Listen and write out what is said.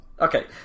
Okay